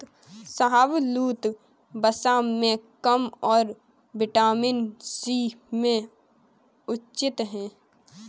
शाहबलूत, वसा में कम और विटामिन सी में उच्च है